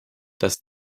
dass